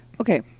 Okay